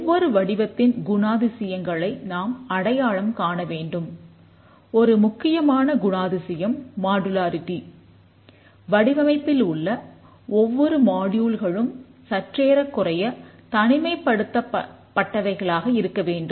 ஒவ்வொரு வடிவத்தின் குணாதிசயங்களை நாம் அடையாளம் காண வேண்டும்